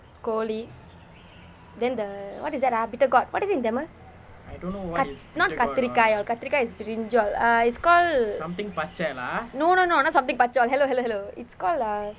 koli then the what is that ah bitter gourd what is it in tamil cut~ not kathirikkaai kathirikkaai kathirikkaai is brinjal lah is called no no no not something pachai hello hello hello it's called err